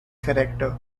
character